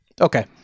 okay